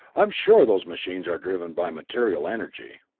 i am sure those machines are driven by material energy.